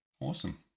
Awesome